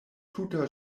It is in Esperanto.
tuta